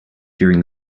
during